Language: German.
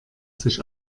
sich